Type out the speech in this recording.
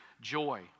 joy